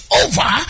over